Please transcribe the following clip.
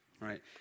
right